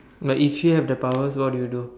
now if you have the powers what would you do